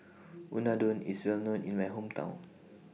Unadon IS Well known in My Hometown